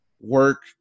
work